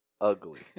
Ugly